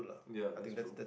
ya that's true